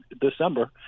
December